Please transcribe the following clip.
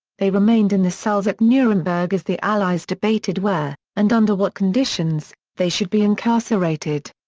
they remained in the cells at nuremberg as the allies debated where, and under what conditions, they should be incarcerated.